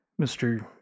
Mr